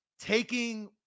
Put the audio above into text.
taking